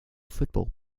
football